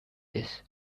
this